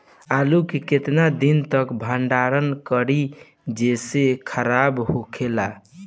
आलू के केतना दिन तक भंडारण करी जेसे खराब होएला?